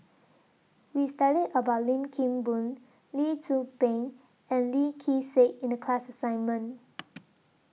We studied about Lim Kim Boon Lee Tzu Pheng and Lee Kee Sek in The class assignment